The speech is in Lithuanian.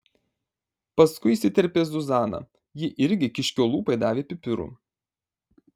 paskui įsiterpė zuzana ji irgi kiškio lūpai davė pipirų